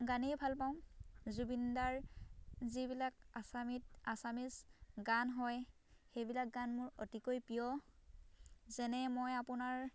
গানেই ভালপাওঁ জুবিনদাৰ যিবিলাক আছামীত আছামীজ গান হয় সেইবিলাক গান মোৰ অতিকৈ প্ৰিয় যেনে মই আপোনাৰ